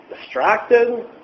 distracted